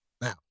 Now